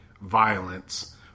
violence